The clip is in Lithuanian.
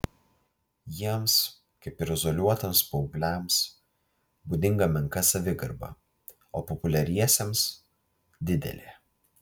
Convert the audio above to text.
jiems kaip ir izoliuotiems paaugliams būdinga menka savigarba o populiariesiems didelė